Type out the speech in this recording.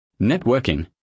Networking